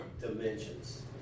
dimensions